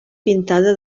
pintada